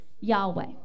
Yahweh